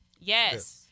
Yes